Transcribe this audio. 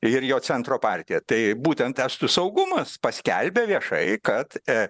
ir jo centro partiją tai būtent estų saugumas paskelbė viešai kad